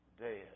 dead